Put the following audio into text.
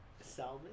Salmon